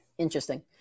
Interesting